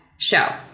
show